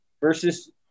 versus